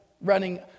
running